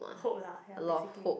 hope lah ya basically